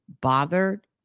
bothered